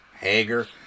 Hager